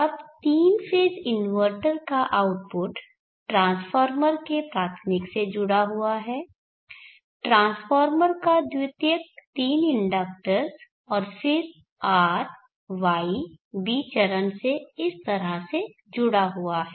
अब तीन phase inverter का आउटपुट ट्रांसफार्मर के प्राथमिक से जुड़ा हुआ है ट्रांसफार्मर का द्वितीयक तीन इंडक्टर्स और फिर RYB चरण से इस तरह से जुड़ा है